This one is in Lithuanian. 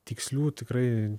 tikslių tikrai